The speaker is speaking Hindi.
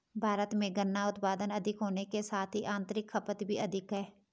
भारत में गन्ना उत्पादन अधिक होने के साथ ही आतंरिक खपत भी अधिक है